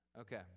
Okay